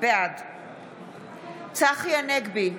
בעד צחי הנגבי,